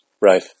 Right